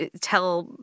tell